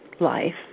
life